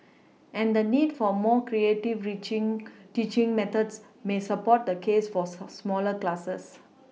and the need for more creative reaching teaching methods may support the case for smaller classes